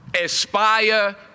Aspire